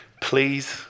please